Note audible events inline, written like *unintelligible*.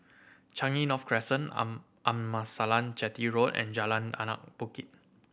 Changi North Crescent *unintelligible* Amasalam Chetty Road and Jalan Anak Bukit